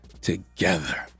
together